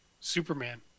Superman